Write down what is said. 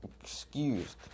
excused